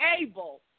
able